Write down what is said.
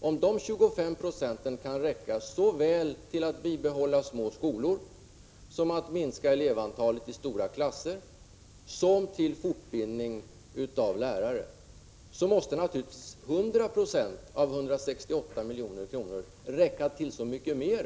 om de 25 procenten kan räcka så väl till att bibehålla små skolor och minska elevantalet i stora klasser som till att anordna fortbildning av lärare, då måste naturligtvis 100 90 av 168 milj.kr. räcka till så mycket mer.